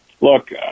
look